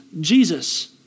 Jesus